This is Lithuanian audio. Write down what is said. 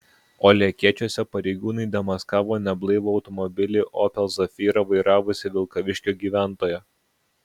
o lekėčiuose pareigūnai demaskavo neblaivų automobilį opel zafira vairavusį vilkaviškio gyventoją